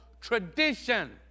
tradition